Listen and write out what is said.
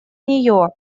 нее